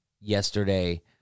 yesterday